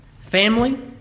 family